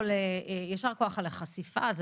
ראשית, יישר כוח על החשיפה, זה